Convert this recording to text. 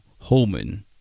Holman